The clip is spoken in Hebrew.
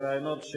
הרעיונות,